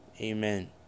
Amen